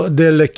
del